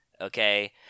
okay